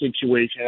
situation